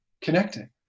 connecting